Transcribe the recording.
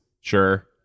Sure